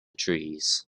trees